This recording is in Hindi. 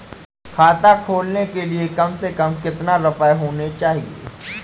खाता खोलने के लिए कम से कम कितना रूपए होने चाहिए?